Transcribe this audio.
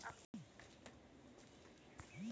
চাষের জমিতে ঠিকভাবে জলের ব্যবস্থা ক্যরা খুবই পরয়োজল